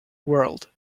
world